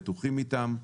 בטוחים איתם,